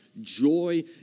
joy